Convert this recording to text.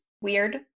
weird